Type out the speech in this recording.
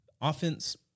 Offense